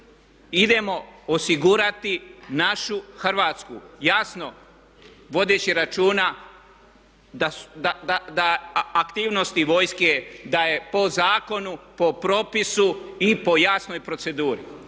idemo osigurati našu Hrvatsku jasno vodeći računa da aktivnosti vojske da je po zakonu, po propisu i po jasnoj proceduri.